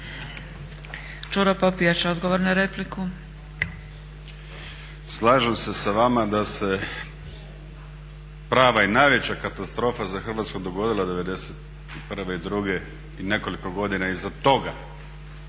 **Popijač, Đuro (HDZ)** Slažem se s vama da se prava i najveća katastrofa za Hrvatsku dogodila '91., '92. i nekoliko godina iza toga